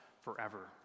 forever